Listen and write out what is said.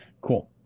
cool